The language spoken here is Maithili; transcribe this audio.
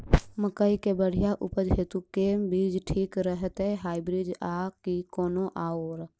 मकई केँ बढ़िया उपज हेतु केँ बीज ठीक रहतै, हाइब्रिड आ की कोनो आओर?